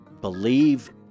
Believe